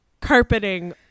carpeting